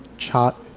chaat,